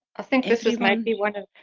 i think this is maybe one of.